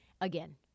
again